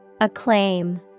Acclaim